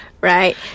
Right